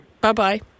Bye-bye